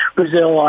Brazil